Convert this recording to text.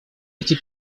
эти